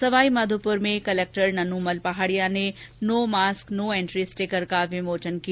सवाईमाधोपुर में कलेक्टर नन्नू मल पहाड़िया ने no mask no entry sticker का विमोचन किया